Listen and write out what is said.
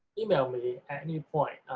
email me at any point